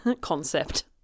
...concept